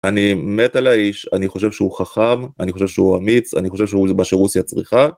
אני מת על האיש, אני חושב שהוא חכם, אני חושב שהוא אמיץ, אני חושב שהוא זה מה שרוסיה צריכה.